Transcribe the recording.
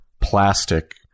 plastic